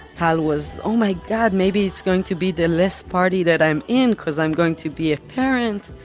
tal was, oh my god, maybe it's going to be the last party that i'm in, cuz i'm going to be a parent,